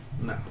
no